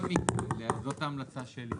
זאת ההמלצה שלי.